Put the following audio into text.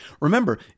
Remember